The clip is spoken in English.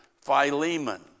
Philemon